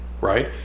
right